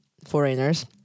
Foreigners